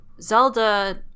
Zelda